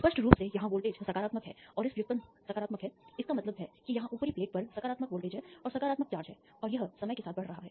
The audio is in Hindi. स्पष्ट रूप से यहां वोल्टेज सकारात्मक है और इसका व्युत्पन्न सकारात्मक है इसका मतलब है कि यहां ऊपरी प्लेट पर सकारात्मक वोल्टेज है और सकारात्मक चार्ज है और यह समय के साथ बढ़ रहा है